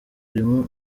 urimo